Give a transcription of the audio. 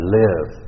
live